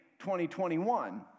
2021